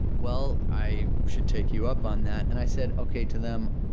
well, i should take you up on that. and i said, ok, to them.